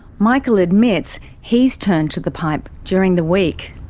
michael admits he's turned to the pipe during the week.